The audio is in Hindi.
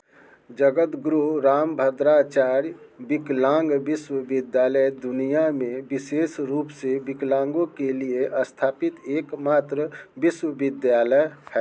जगद्गुरु रामभद्राचार्य विकलांग विश्वविद्यालय दुनिया में विशेष रूप से विकलांगो के लिए स्थापित एकमात्र विश्वविद्यालय है